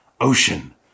Ocean